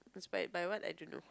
inspired by what I don't know